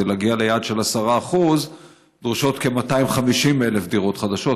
כדי להגיע ליעד של 10% דרושות כ-250,000 דירות חדשות,